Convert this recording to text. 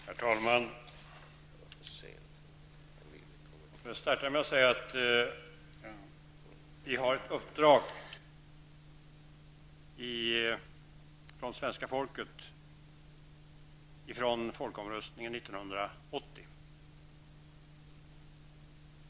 Herr talman! Jag vill starta med att säga att vi har ett uppdrag från svenska folket från folkomröstningen 1980.